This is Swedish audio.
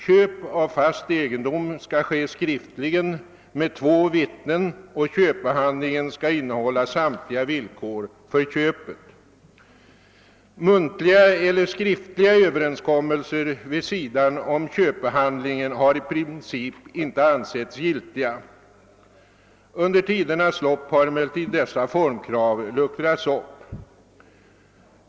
Köp av fast egendom skall ske skriftligen med två vittnen och köpehandlingen skall innehålla samtliga villkor för köpet. Muntliga eller skriftliga överenskommelser vid sidan om köpehandlingen har i princip inte ansetts giltiga. Under tidernas lopp har emellertid dessa formkrav luckrats upp.